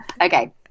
Okay